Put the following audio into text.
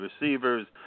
receivers